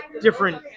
different